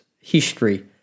history